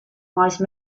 wise